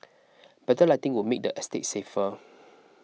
better lighting would make the estate safer